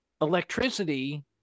Electricity